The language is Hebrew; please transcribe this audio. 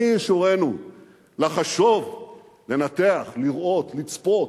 מי ישורנו, לחשוב, לנתח, לראות, לצפות.